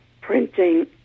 printing